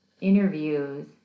interviews